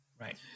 Right